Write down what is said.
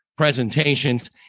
presentations